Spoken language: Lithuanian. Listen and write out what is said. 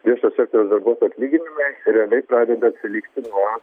viešojo sektoriaus darbuotojų atlyginimai realiai pradeda atsilikti nuo